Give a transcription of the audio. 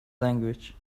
language